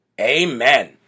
Amen